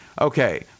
Okay